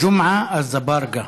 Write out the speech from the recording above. ג'מעה אזברגה.